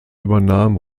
übernahm